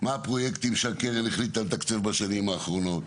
מה הפרויקטים שהקרן החליטה לתקצב בשנים האחרונות,